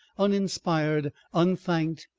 uninspired, unthanked,